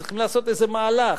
צריכים לעשות איזה מהלך,